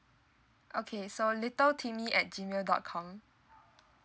okay so little timmy at G mail dot com